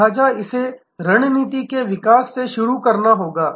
लिहाजा इसे रणनीति के विकास से शुरू करना होगा